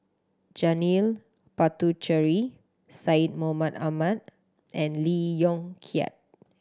Janil Puthucheary Syed Mohamed Ahmed and Lee Yong Kiat